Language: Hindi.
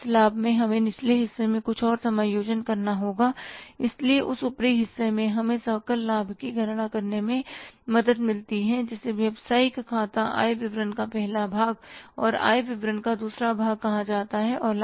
इस लाभ में हमें निचले हिस्से में कुछ और समायोजन करना होगा इसलिए इस ऊपरी हिस्से से हमें सकल लाभ की गणना करने में मदद मिलती है जिसे व्यवसायिक खाता आय विवरण का पहला भाग और आय विवरण का दूसरा भाग कहा जाता हैलाभ और हानि खाता